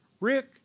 Rick